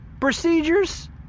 procedures